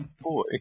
boy